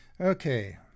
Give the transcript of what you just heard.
okay